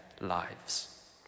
lives